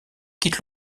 quitte